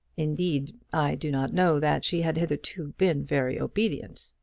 indeed, i do not know that she had hitherto been very obedient.